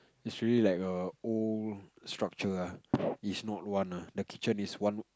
it's really like a old structure ah it's not one ah the kitchen is one